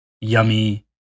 yummy